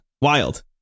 wild